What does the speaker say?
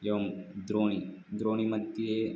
एवं द्रोणी द्रोणीमध्ये